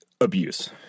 abuse